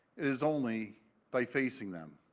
is only by facing them.